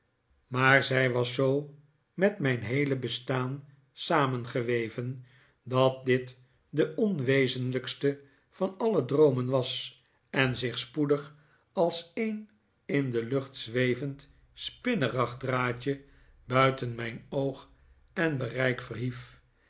maar zij was zoo met mijn heele bestaan samengeweven dat dit de onwezenljjkste van alle droomen was en zich spoedig als een in de lucht zwevend spinragdraadje buiten mijn oog en mijn bereik verhief